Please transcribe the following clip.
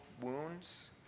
wounds